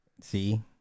See